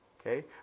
Okay